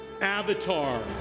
avatar